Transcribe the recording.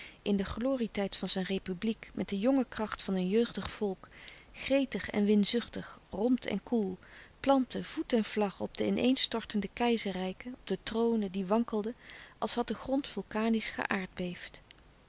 in den glorietijd van zijn republiek met de jonge kracht van een jeugdig volk gretig en winzuchtig rond en koel louis couperus de stille kracht plantte voet en vlag op de in-een stortende keizerrijken op de tronen die wankelden als had de grond vulkanisch geaardbeefd